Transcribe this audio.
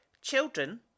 Children